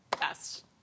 best